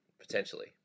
potentially